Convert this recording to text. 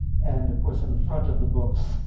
and of course, in the front of the book,